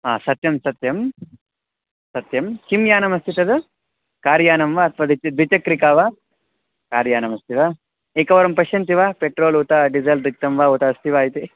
हा सत्यं सत्यं सत्यं किं यानमस्ति तद् कार् यानं वा अथवा द्वे द्विचक्रिका वा कार् यानमस्ति वा एकवारं पश्यन्ति वा पेट्रोल् उत डीज़ल् रिक्तं वा उत अस्ति वा इति